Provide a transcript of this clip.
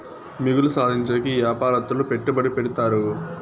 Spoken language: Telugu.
మిగులు సాధించేకి యాపారత్తులు పెట్టుబడి పెడతారు